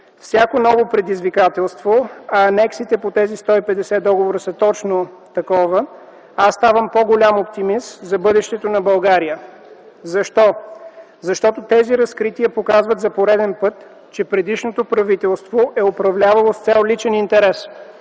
всяко ново предизвикателство, а анексите по тези 150 договора са точно такова, аз ставам по-голям оптимист за бъдещето на България. Защо? Защото тези разкрития показват за пореден път, че предишното правителство е управлявало с цел личен интерес,